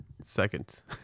seconds